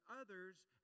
others